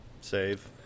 Save